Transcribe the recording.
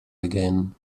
again